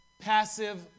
Passive